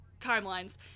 timelines